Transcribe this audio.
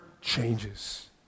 changes